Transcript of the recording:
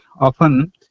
often